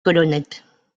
colonnettes